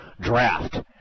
draft